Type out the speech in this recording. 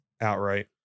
outright